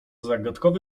zagadkowy